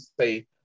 say